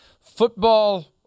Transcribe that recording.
Football